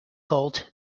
called